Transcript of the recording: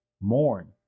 mourn